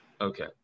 Okay